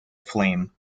flame